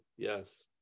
yes